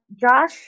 Josh